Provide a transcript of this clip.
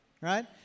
Right